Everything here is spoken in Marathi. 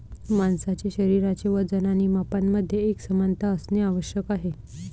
माणसाचे शरीराचे वजन आणि मापांमध्ये एकसमानता असणे आवश्यक आहे